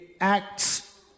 Acts